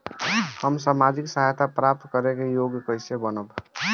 हम सामाजिक सहायता प्राप्त करे के योग्य कइसे बनब?